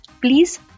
Please